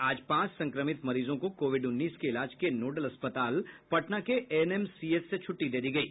आज पांच संक्रमित मरीजों को कोविड उन्नीस के इलाज के नोडल अस्पताल पटना के एनएमसीएच से छूट्टी दे दी गयी